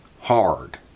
Hard